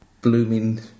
blooming